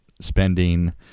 spending